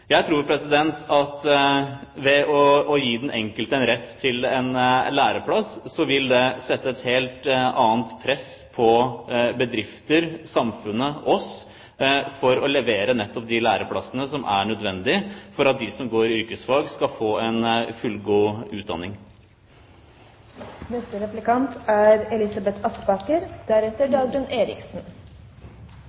Jeg tror at å gi den enkelte en rett til læreplass vil legge et helt annet press på bedrifter, samfunnet og oss for å levere nettopp de læreplassene som er nødvendig for at de som går i yrkesfag, skal få en fullgod